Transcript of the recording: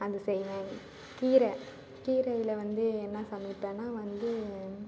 அது செய்வேன் கீரை கீரையில் வந்து என்ன சமைப்பேனா வந்து